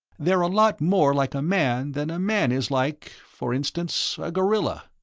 they're a lot more like a man than a man is like, for instance, a gorilla.